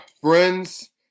friends